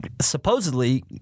Supposedly